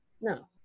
No